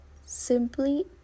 simply